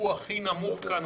הוא הכי נמוך כאן,